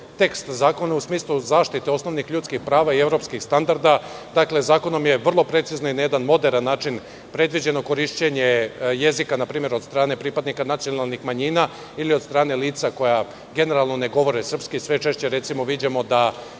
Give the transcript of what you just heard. tekst zakona, u smislu zaštite osnovnih ljudskih prava i evropskih standarda. Zakonom je vrlo precizno i na jedan moderan način predviđeno korišćenje jezika, npr. od strane pripadnika nacionalnih manjina, ili od strane lica koja generalno ne govore srpski. Sve češće, recimo, viđamo da